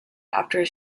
after